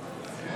אנא,